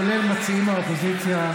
כולל מציעים מהאופוזיציה,